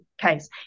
case